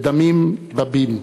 בדמים רבים.